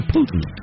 Putin